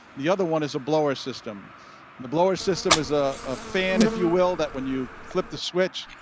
the other one is a blower system. and the blower system is ah a fan if you will, that when you flip the switch,